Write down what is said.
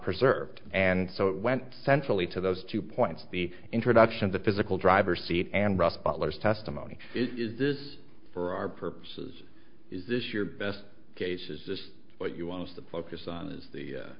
preserved and so it went centrally to those two points the introduction of the physical driver's seat and rust butler's testimony is this for our purposes is this your best case is what you want to focus on is the